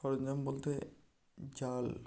সরঞ্জাম বলতে জাল